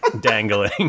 dangling